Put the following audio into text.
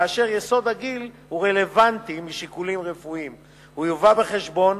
כאשר יסוד הגיל הוא רלוונטי משיקולים רפואיים הוא יובא בחשבון,